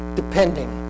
depending